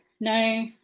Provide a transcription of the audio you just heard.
no